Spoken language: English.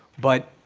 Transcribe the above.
but,